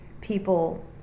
people